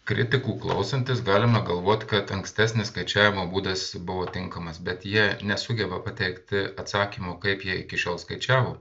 kritikų klausantis galima galvot kad ankstesnis skaičiavimo būdas buvo tinkamas bet jie nesugeba pateikti atsakymų kaip jie iki šiol skaičiavo